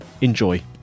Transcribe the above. Enjoy